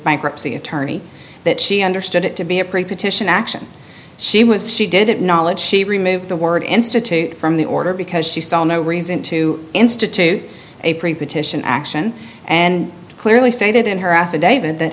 bankruptcy attorney that she understood it to be a pre partition action she was she did it knowledge she removed the word institute from the order because she saw no reason to institute a pre partition action and clearly stated in her affidavit that